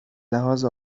لحاظ